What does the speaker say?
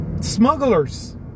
smugglers